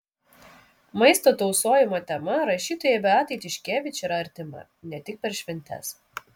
maisto tausojimo tema rašytojai beatai tiškevič yra artima ne tik per šventes